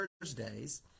Thursdays